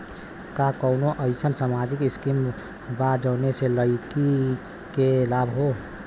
का कौनौ अईसन सामाजिक स्किम बा जौने से लड़की के लाभ हो?